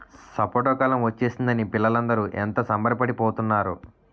సపోటా కాలం ఒచ్చేసిందని పిల్లలందరూ ఎంత సంబరపడి పోతున్నారో